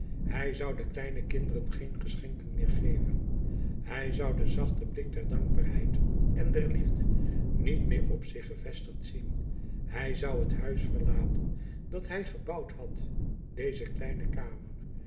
hij zou de kleine kinderen geen geschenken meer geven hij zou den zachten blik der dankbaarheid en der liefde niet meer op zich gevestigd zien hij zou het huis verlaten dat hij gebouwd had deze kleine kamer